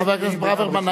חבר הכנסת ברוורמן,